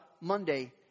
Monday